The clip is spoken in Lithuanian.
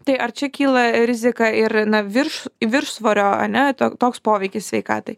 tai ar čia kyla rizika ir virš viršsvorio ane to toks poveikis sveikatai